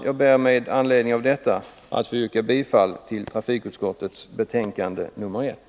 Jag ber med anledning av det sagda att få yrka bifall till trafikutskottets hemställan i dess betänkande nr 1.